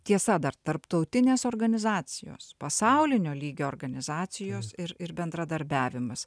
tiesa dar tarptautinės organizacijos pasaulinio lygio organizacijos ir ir bendradarbiavimas